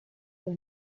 río